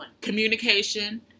Communication